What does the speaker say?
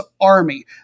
army